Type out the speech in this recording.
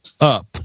up